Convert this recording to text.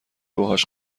باهاش